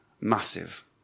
Massive